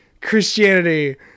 Christianity